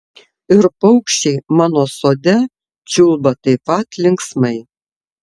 ir paukščiai mano sode čiulba taip pat linksmai